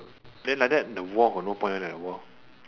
then like that the war got no point already the war